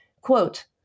Quote